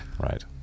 right